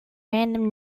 random